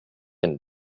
and